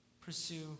pursue